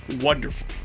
wonderful